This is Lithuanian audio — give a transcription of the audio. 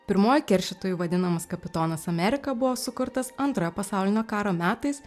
pirmuoju keršytoju vadinamas kapitonas amerika buvo sukurtas antrojo pasaulinio karo metais